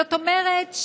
זאת אומרת,